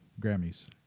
Grammys